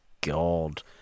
god